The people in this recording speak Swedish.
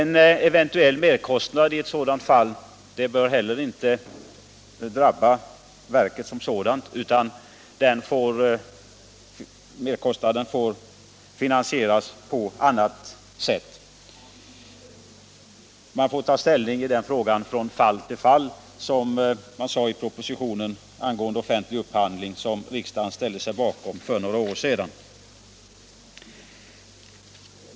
Eventuella merkostnader vid byggande av fartyget vid svenskt varv bör inte heller drabba sjöfartsverket. Merkostnaden får finansieras på annat sätt. Man får ta ställning från fall till fall, som det står i propositionen angående offentlig upphandling, som riksdagen ställde sig bakom för några år sedan.